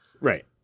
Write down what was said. Right